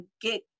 get